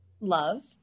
Love